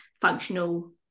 functional